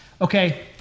Okay